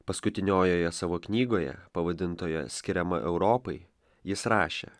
paskutiniojoje savo knygoje pavadintoje skiriama europai jis rašė